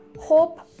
Hope